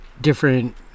different